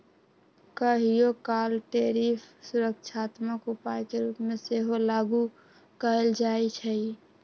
कहियोकाल टैरिफ सुरक्षात्मक उपाय के रूप में सेहो लागू कएल जाइ छइ